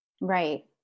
Right